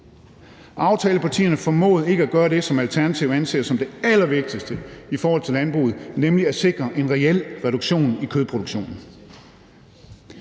Aftalepartierne formåede ikke at gøre det, som Alternativet anser som det allervigtigste i forhold til landbruget, nemlig at sikre en reel reduktion af kødproduktionen.